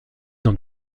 dans